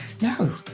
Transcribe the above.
No